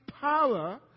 power